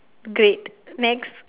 great next